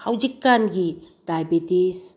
ꯍꯧꯖꯤꯛ ꯀꯥꯟꯒꯤ ꯗꯥꯏꯕꯦꯇꯤꯁ